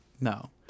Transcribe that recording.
No